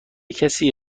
کسی